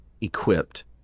equipped